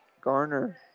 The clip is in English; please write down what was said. Garner